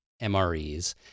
MREs